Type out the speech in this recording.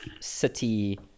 city